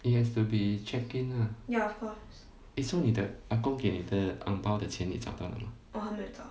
it has to be check in ah eh so 你阿公给你的红包的钱你找到了吗